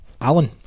Alan